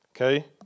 okay